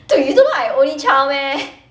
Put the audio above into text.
dude you don't know I only child meh